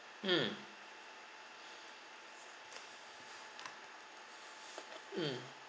mm mm